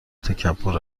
تکبر